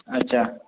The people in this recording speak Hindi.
अच्छा